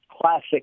classic